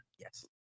Yes